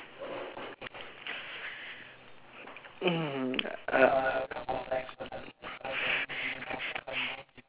mm uh